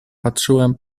patrzyłem